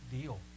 deal